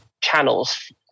channels